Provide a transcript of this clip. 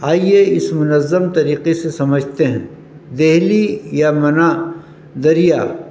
آئیے اس منظم طریقے سے سمجھتے ہیں دہلی یا منا دریا